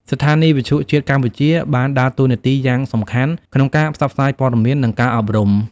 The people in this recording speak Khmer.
ស្ថានីយវិទ្យុជាតិកម្ពុជាបានដើរតួនាទីយ៉ាងសំខាន់ក្នុងការផ្សព្វផ្សាយព័ត៌មាន និងការអប់រំ។